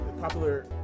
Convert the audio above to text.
popular